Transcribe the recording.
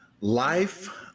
Life